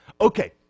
Okay